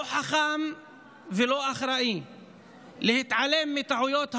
לא חכם ולא אחראי להתעלם מטעויות העבר.